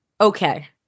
Okay